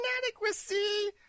inadequacy